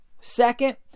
second